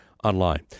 Online